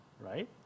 right